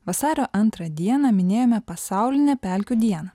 vasario antrą dieną minėjome pasaulinę pelkių dieną